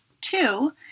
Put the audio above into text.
two